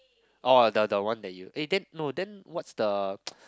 [roh] the the one that you eh then no then what's the